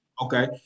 Okay